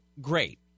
great